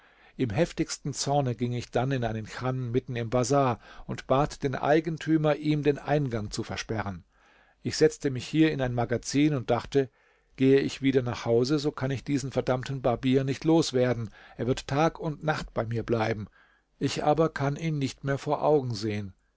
im heftigsten zorne ging ich dann in einen chan mitten im bazar und bat den eigentümer ihm den eingang zu versperren ich setzte mich hier in ein magazin und dachte gehe ich wieder nach hause so kann ich diesen verdammten barbier nicht los werden er wird tag und nacht bei mir bleiben ich aber kann ihn nicht mehr vor augen sehen